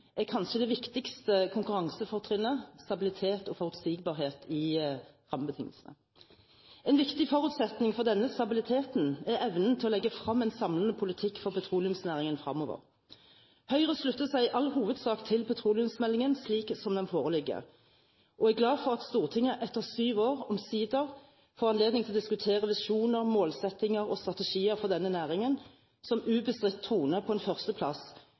er kanskje det viktigste konkurransefortinnet stabilitet og forutsigbarhet i rammebetingelsene. En viktig forutsetning for denne stabiliteten er evnen til å legge frem en samlende politikk for petroleumsnæringen fremover. Høyre slutter seg i all hovedsak til petroleumsmeldingen slik som den foreligger, og er glad for at Stortinget etter syv år omsider får anledning til å diskutere visjoner, målsettinger og strategier for denne næringen, som ubestridt troner på en